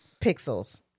Pixels